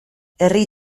herri